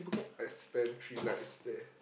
I spent three nights there